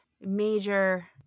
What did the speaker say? major